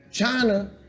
China